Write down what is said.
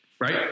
right